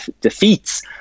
defeats